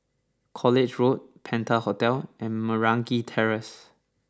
College Road Penta Hotel and Meragi Terrace